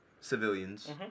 civilians